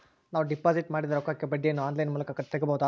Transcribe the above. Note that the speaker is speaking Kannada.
ನಾವು ಡಿಪಾಜಿಟ್ ಮಾಡಿದ ರೊಕ್ಕಕ್ಕೆ ಬಡ್ಡಿಯನ್ನ ಆನ್ ಲೈನ್ ಮೂಲಕ ತಗಬಹುದಾ?